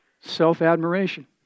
self-admiration